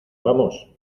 vamos